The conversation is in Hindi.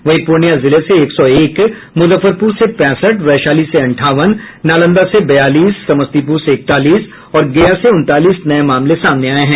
वहीं पूर्णियां जिले से एक सौ एक मुजफ्फरपुर से पैंसठ वैशाली से अंठावन नालंदा से बयालीस समस्तीपुर से इकतालीस और गया से उनतालीस नये मामले सामने आये हैं